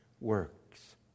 works